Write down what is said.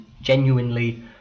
genuinely